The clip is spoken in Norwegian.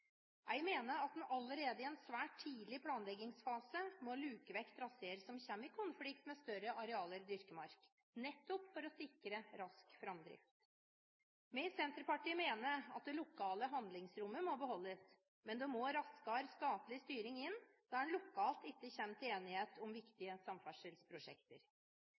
Jeg mener man allerede svært tidlig i en planleggingsfase må luke vekk traseer som kommer i konflikt med større arealer dyrket mark, nettopp for å sikre rask framdrift. Vi i Senterpartiet mener at det lokale handlingsrommet må beholdes, men det må raskere statlig styring inn der man lokalt ikke kommer til enighet om viktige samferdselsprosjekter.